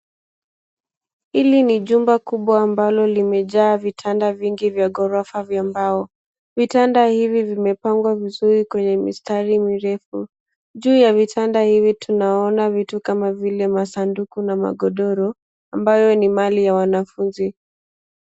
Hili ni jumba kubwa ambalo limejaa vitanda vingi vya gorofa vya mbao vitanda hivi vimeopangwa vizuri kwenye mistari mirefu juu ya vitanda hivi tunaona vitu kama vile masanduku na magodoro amabyo ni mali ya wanafunzi.